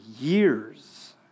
years